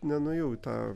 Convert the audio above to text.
nenuėjau į tą